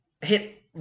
hit